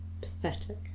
pathetic